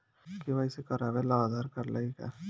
KYC करावे ला Aadhaar card लागी का?